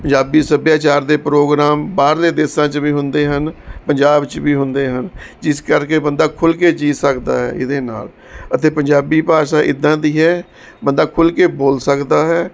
ਪੰਜਾਬੀ ਸੱਭਿਆਚਾਰ ਦੇ ਪ੍ਰੋਗਰਾਮ ਬਾਹਰਲੇ ਦੇਸਾਂ 'ਚ ਵੀ ਹੁੰਦੇ ਹਨ ਪੰਜਾਬ 'ਚ ਵੀ ਹੁੰਦੇ ਹਨ ਜਿਸ ਕਰਕੇ ਬੰਦਾ ਖੁੱਲ੍ਹ ਕੇ ਜੀਅ ਸਕਦਾ ਹੈ ਇਹਦੇ ਨਾਲ ਅਤੇ ਪੰਜਾਬੀ ਭਾਸ਼ਾ ਇਦਾਂ ਦੀ ਹੈ ਬੰਦਾ ਖੁੱਲ੍ਹ ਕੇ ਬੋਲ ਸਕਦਾ ਹੈ